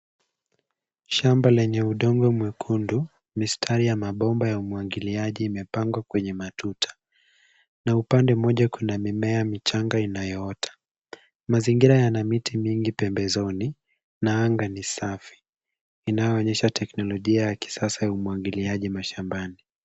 Shamba lenye udongo mwekundu, mistari ya mabomba ya umwangiliaji imepangwa kwenye matuta. Na upande mmoja kuna mimea michanga inayoota. Mazingira yana miti mingi pembezoni na anga ni safi. Inaonyesha teknolojia ya kisasa ya umwagiliaji shambani.